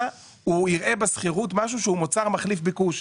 הוא יראה בשכירות משהו שהוא מוצר מחליף ביקוש.